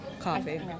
coffee